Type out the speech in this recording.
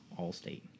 Allstate